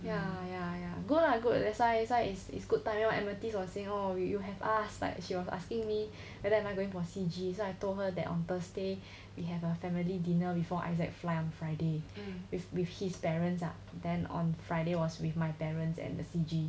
ya ya ya good lah good that's why that's why it's it's good time amethyst was saying oh you you should have ask like she was asking me whether I'm going for C_G I told her that on thursday we have a family dinner before issac fly on the friday with with his parents lah then on friday was with my parents at the C_G